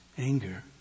Anger